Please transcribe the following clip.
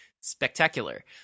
spectacular